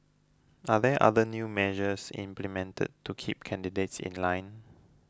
are there other new measures implemented to keep candidates in line